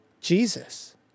Jesus